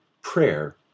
prayer